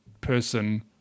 person